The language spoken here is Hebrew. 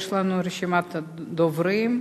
יש לנו רשימת דוברים.